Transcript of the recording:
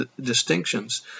distinctions